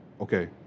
okay